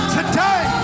Today